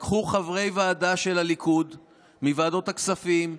לקחו חברי ועדה של הליכוד מוועדת הכספים,